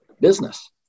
business